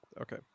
Okay